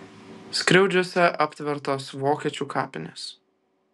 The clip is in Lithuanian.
skriaudžiuose aptvertos vokiečių kapinės